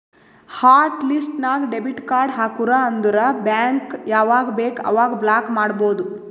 hot list ನಾಗ್ debit card ಹಾಕುರ್ ಅಂದುರ್ ಬ್ಯಾಂಕ್ ಯಾವಾಗ ಬೇಕ್ ಅವಾಗ ಬ್ಲಾಕ್ ಮಾಡ್ಬೋದು